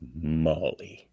Molly